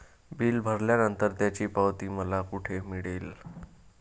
Bill भरल्यानंतर त्याची पावती मला कुठे मिळेल?